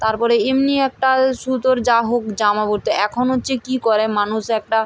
তার পরে এমনি একটা সুতোর যা হোক জামা পরত এখন হচ্ছে কী করে মানুষ একটা